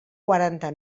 quaranta